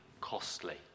costly